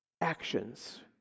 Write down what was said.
actions